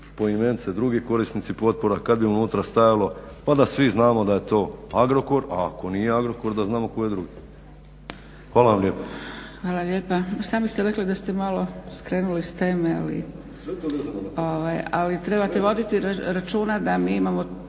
poimence drugi korisnici potpora kad bi unutra stajalo pa da svi znamo da je to Agrokor, a ako nije Agrokor da znamo tko je drugi. Hvala vam lijepo. **Zgrebec, Dragica (SDP)** Hvala lijepa. Sami ste rekli da ste malo skrenuli s teme, ali trebate voditi računa da mi imamo